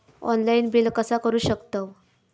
Online bill कसा करु शकतव?